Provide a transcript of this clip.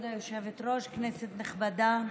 כבוד היושבת-ראש, כנסת נכבדה,